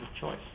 choice